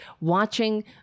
watching